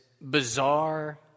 bizarre